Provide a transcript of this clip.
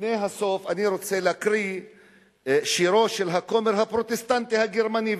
לפני הסוף אני רוצה להקריא שירו של הכומר הפרוטסטנטי הגרמני.